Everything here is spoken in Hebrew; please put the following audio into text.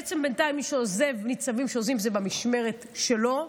בעצם בינתיים הניצבים שעוזבים הם במשמרת שלו.